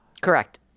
Correct